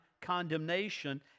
condemnation